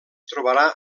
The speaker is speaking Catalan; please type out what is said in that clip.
trobarà